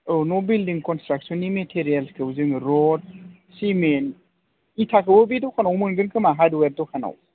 औ न' बिल्डिं कनस्ट्राकशननि मेटेरियेलखौ जोङो रड सिमेन्ट इटाखौबो बे द'खानावनो मोनगोन खोमा हार्दवेर दखानाव